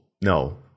no